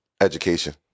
education